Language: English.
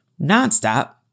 nonstop